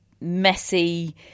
messy